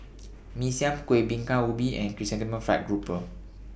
Mee Siam Kuih Bingka Ubi and Chrysanthemum Fried Grouper